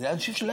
אז אנשים,